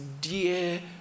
dear